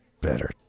better